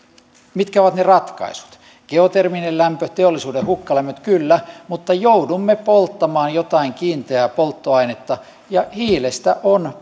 mitkä ovat ne ratkaisut geoterminen lämpö teollisuuden hukkalämmöt kyllä mutta joudumme polttamaan jotain kiinteää polttoainetta ja hiilestä on